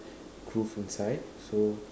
inside so